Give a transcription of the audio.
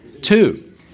Two